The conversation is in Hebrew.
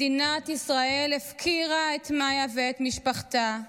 מדינת ישראל הפקירה את מיה ואת משפחתה.